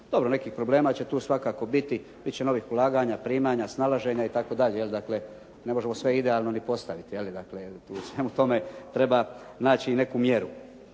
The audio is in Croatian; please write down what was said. Dobro, nekih problema će tu svakako biti. Bit će novih ulaganja, primanja, snalaženja i tako dalje, je li dakle ne možemo sve idealno ni postaviti je li dakle tu u svemu